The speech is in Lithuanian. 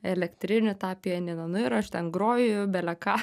elektrinį tą pianiną nu ir aš ten groju bele ką